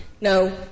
no